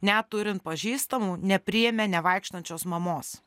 net turint pažįstamų nepriėmė nevaikštančios mamos